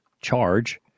charge